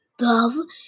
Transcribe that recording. love